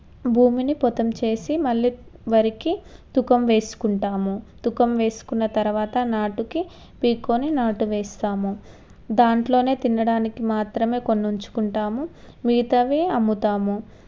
భూమిని పుతం చేసి మళ్ళీ వరికి తూకం వేసుకుంటాము తూకం వేసుకున్న తర్వాత నాటుకి పీక్కొని నాటు వేస్తాము దాంట్లోనే తినడానికి మాత్రమే కొన్ని ఉంచుకుంటాము మిగతావి అమ్ముతాము